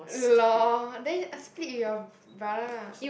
lol then split with your b~ brother lah